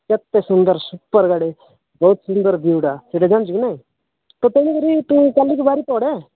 କେତେ ସୁନ୍ଦର ସୁପର୍ ଗାଡ଼ି ବହୁତ ସୁନ୍ଦର ଭିୟୁଟା ସେଇଟା ଜାଣିଛୁ କି ନାହିଁ ତ ତେଣୁ କରି ତୁ କାଲିକି ବାହାରି ପଡ଼